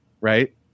Right